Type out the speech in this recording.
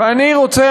ואני רוצה,